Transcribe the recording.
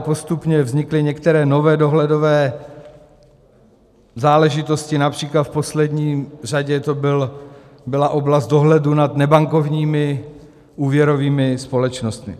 Postupně vznikly některé nové dohledové záležitosti, například v poslední řadě to byla oblast dohledu nad nebankovními úvěrovými společnostmi.